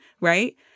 right